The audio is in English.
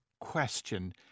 question